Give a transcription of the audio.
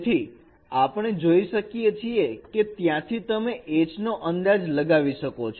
તેથી આપણે જોઈ શકીએ છીએ કે ત્યાંથી તમે H નો અંદાજ લગાવી શકો છો